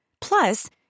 Plus